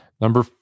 Number